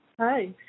Hi